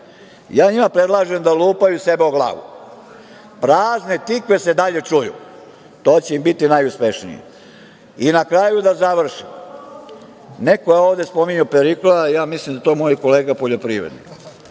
Ja njima predlažem da lupaju sebe u glavu. Prazne tikve se dalje čuju. U tome će biti najuspešniji. Na kraju, da završim. Neko je ovde spominjao Periklea, a ja mislim da je to moj kolega poljoprivrednik.